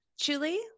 Julie